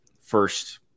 first